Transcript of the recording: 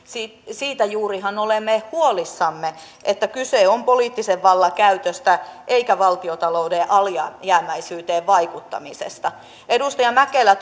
siitähän juuri olemme huolissamme että kyse on poliittisen vallan käytöstä eikä valtiontalouden alijäämäisyyteen vaikuttamisesta edustaja mäkelä